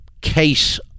case